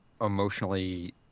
emotionally